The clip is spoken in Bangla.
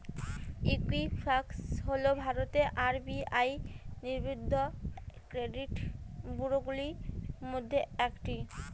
ঈকুইফ্যাক্স হল ভারতের আর.বি.আই নিবন্ধিত ক্রেডিট ব্যুরোগুলির মধ্যে একটি